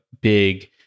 big